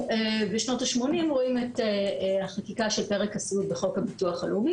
בשנות ה-80' אנחנו רואים את החקיקה של פרק הסיעוד בחוק הביטוח הלאומי,